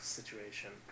situation